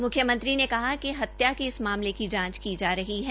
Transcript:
मुख्यमंत्री ने कहा कि हत्या के इस मामले की जांच की जा रही है